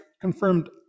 confirmed